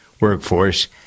workforce